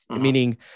meaning